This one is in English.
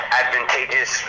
advantageous